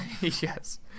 yes